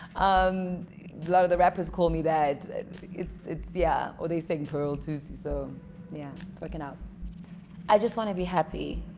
um lot of the rappers call me that it's it's yeah or they sing pearl thusi so yeah working out i just want to be happy